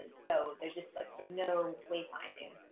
and so there's just no way finding.